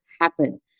happen